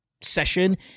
session